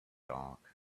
dark